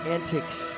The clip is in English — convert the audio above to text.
Antics